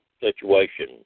situation